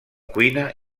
cuina